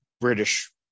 British